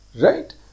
right